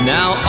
Now